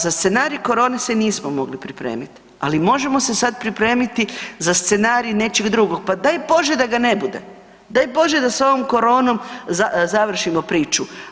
Za scenarij korone se nismo mogli pripremiti, ali možemo se sad pripremiti za scenarij nečega drugog, pa daj Bože da ga ne bude, daj Bože da s ovom koronom završimo priču.